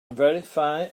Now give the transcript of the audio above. verify